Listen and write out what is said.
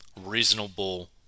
reasonable